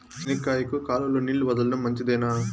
చెనక్కాయకు కాలువలో నీళ్లు వదలడం మంచిదేనా?